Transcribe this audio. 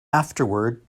afterward